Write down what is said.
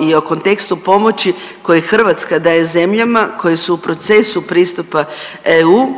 i o kontekstu pomoći koje Hrvatska daje zemljama koje su u procesu pristupa EU